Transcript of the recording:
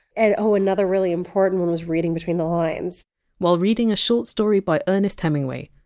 and oh, another really important one was reading between the lines while reading a short story by earnest hemingway,